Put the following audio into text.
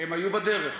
הם היו בדרך.